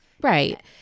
Right